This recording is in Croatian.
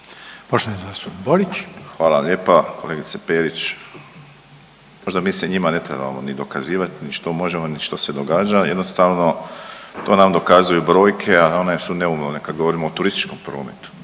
Josip (HDZ)** Hvala lijepa. Kolegice Perić možda mi se njima ne trebamo ni dokazivati niti što možemo, niti što se događa. Jednostavno to nam dokazuju brojke, a one su neumorne kad govorimo o turističkom prometu.